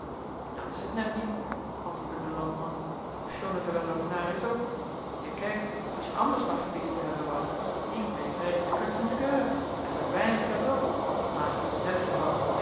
dat is t net niet antwoordde de landman ofschoon het er dan naer is ook jae kaik als je ander slag van biesten hebben wou die kon je krijgen te kust en te keur en veur weinig geld ook maer in dat geval